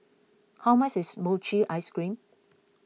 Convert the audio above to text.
how much is Mochi Ice Cream